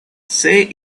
say